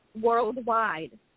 worldwide